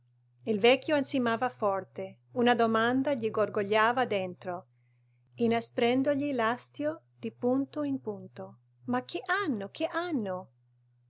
il vecchio ansimava forte una domanda gli gorgogliava dentro inasprendogli l'astio di punto in punto ma che hanno che hanno